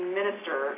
minister